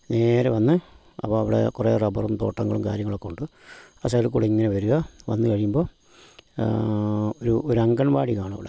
നേരെ വന്ന് അപ്പം അവിടെ കുറെ റബ്ബറും തോട്ടങ്ങളും കാര്യങ്ങളൊക്കെ ഉണ്ട് ആ സൈഡിൽ കൂടെ ഇങ്ങനെ വരിക വന്ന് കഴിയുമ്പോൾ ഒരു ഒരു അങ്കൻവാടി കാണുമവിടെ